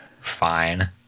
Fine